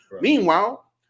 Meanwhile